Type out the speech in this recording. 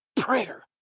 prayer